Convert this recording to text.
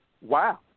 wow